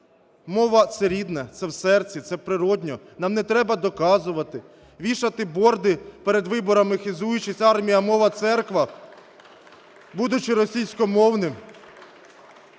мова – це рідне, це в серці, це природно. Нам не треба доказувати, вішати борди, перед виборами хизуючись: "Армія. Мова. Церква", будучи російськомовним.